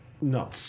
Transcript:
No